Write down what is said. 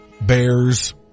bears